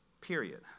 period